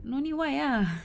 no need why ah